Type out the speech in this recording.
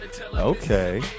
okay